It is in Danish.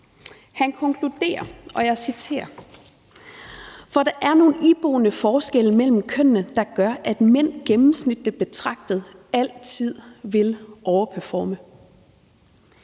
Han konkluderer, og jeg citerer: »For der er nogle iboende forskelle mellem kønnene, der gør, at mænd \*gennemsnitligt betragtet\* altid vil overperforme.«